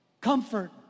comfort